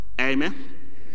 Amen